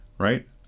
Right